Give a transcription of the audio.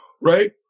right